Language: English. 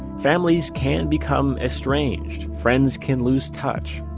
families can become estranged. friends can lose touch.